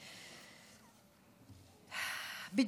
30 שניות לסיום.